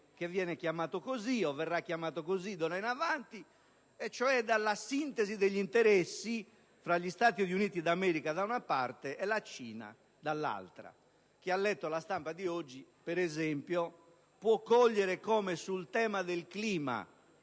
cosiddetto G2, come verrà chiamato d'ora in avanti, cioè dalla sintesi degli interessi fra gli Stati Uniti d'America da una parte e la Cina dall'altra. Chi ha letto la stampa di oggi, per esempio, può cogliere come sul tema del clima